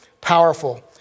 powerful